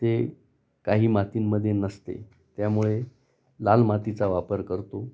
ते काही मातींमध्ये नसते त्यामुळे लाल मातीचा वापर करतो